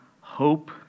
hope